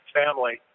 family